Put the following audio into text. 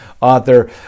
author